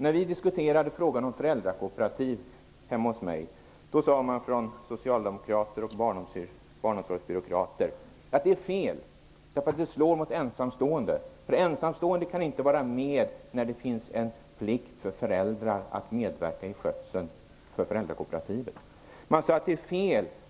När vi diskuterade frågan om föräldrakooperativ i min hemkommun sade socialdemokrater och barnomsorgsbyråkrater att det är fel med sådana, eftersom det slår mot ensamstående föräldrar. De kan inte vara med när det finns en plikt för föräldrar att medverka i skötseln av föräldrakooperativet. Man sade